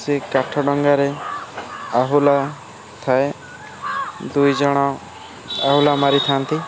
ସେ କାଠ ଡଙ୍ଗାରେ ଆହୁଲା ଥାଏ ଦୁଇ ଜଣ ଆହୁଲା ମାରିଥାନ୍ତି